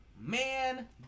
Man